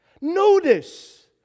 Notice